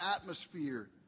atmosphere